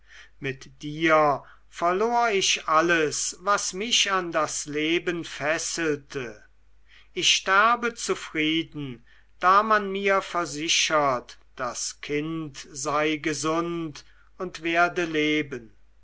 mit dir verlor ich alles was mich an das leben fesselte ich sterbe zufrieden da man mir versichert das kind sei gesund und werde leben